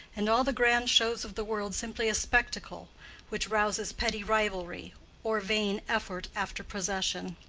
and all the grand shows of the world simply a spectacle which rouses petty rivalry or vain effort after possession.